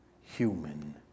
human